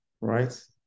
right